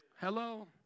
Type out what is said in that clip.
Hello